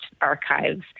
archives